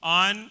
on